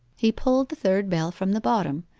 he pulled the third bell from the bottom,